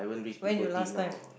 when you last time